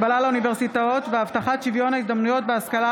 התרבות והספורט בעקבות דיון מהיר בהצעתם